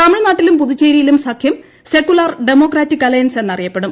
തമിഴ്നാട്ടിലും പുതുച്ചേരിയിലും സഖ്യം സെക്കുലാർ ഡെമോക്രാറ്റിക് അലയൻസ് എന്ന് അറിയപ്പെടും